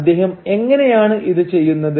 അദ്ദേഹം എങ്ങനെയാണ് ഇത് ചെയ്യുന്നത്